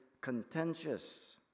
contentious